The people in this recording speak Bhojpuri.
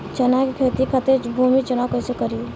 चना के खेती खातिर भूमी चुनाव कईसे करी?